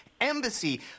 Embassy